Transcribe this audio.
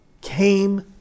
came